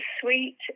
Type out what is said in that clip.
sweet